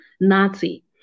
Nazi